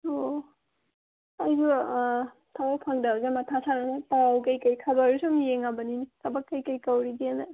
ꯑꯣ ꯑꯩꯁꯨ ꯊꯕꯛ ꯐꯪꯗꯕꯁꯦ ꯃꯊꯥ ꯁꯥꯗꯅ ꯄꯥꯎ ꯀꯔꯤ ꯀꯔꯤ ꯈꯕꯔꯁꯨ ꯁꯨꯝ ꯌꯦꯡꯉꯕꯅꯤꯅꯦ ꯊꯕꯛ ꯀꯔꯤ ꯀꯔꯤ ꯀꯧꯔꯤꯒꯦꯅ